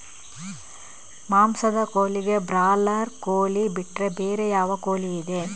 ಮಾಂಸದ ಕೋಳಿಗೆ ಬ್ರಾಲರ್ ಕೋಳಿ ಬಿಟ್ರೆ ಬೇರೆ ಯಾವ ಕೋಳಿಯಿದೆ?